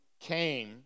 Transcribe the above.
came